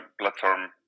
platform